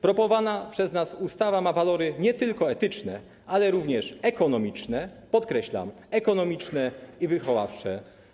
Proponowana przez nas ustawa ma walory nie tylko etyczne, ale również ekonomiczne, podkreślam: ekonomiczne, i wychowawcze.